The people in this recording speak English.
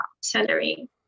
salary